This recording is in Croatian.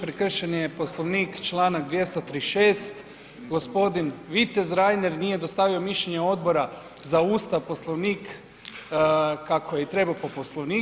Prekršen je Poslovnik članak 236. gospodin vitez Reiner nije dostavio mišljenje Odbora za Ustav, Poslovnik kako je i trebao po Poslovniku.